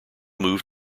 move